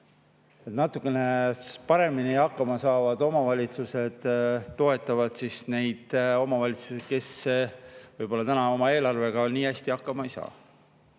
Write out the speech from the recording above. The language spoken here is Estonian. natukene paremini hakkama saavad omavalitsused toetavad neid omavalitsusi, kes võib-olla täna oma eelarvega nii hästi hakkama ei saa.